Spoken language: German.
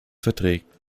verträgt